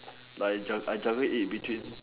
like I I juggle it between